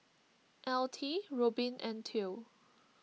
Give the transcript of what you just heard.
Altie Robyn and theo